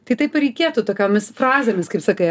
tai taip ir reikėtų tokiomis frazėmis kaip sakai